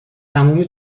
تموم